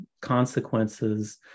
consequences